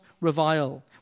revile